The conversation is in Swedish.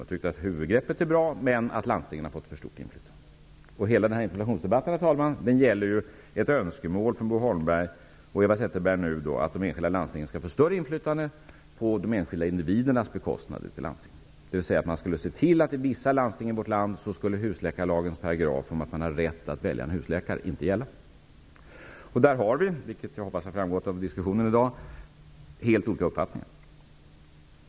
Man tycker att huvudgreppet är bra men att landstingen har fått för stort inflytande. Herr talman! Hela den här interpellationsdebatten gäller ett önskemål från Bo Holmberg och nu även Eva Zetterberg om att de enskilda landstingen skall få större inflytande på de enskilda inidividernas bekostnad. Man skulle med andra ord se till att i vissa landsting i vårt land skulle husläkarlagens paragraf om att man har rätt att välja en husläkare inte gälla. Vi har helt olika uppfattningar i det avseendet, vilket jag hoppas har framgått av diskussionen i dag.